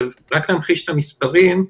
רק להמחיש את המספרים.